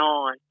on